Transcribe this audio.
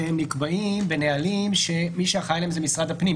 נקבעים בנהלים שמי שאחראי עליהם זה משרד הפנים,